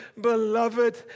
beloved